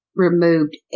removed